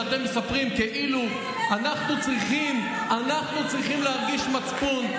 שאתם מספרים כאילו אנחנו צריכים להרגיש מצפון,